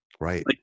Right